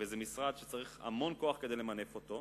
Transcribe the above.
וזה משרד שצריך המון כוח כדי למנף אותו,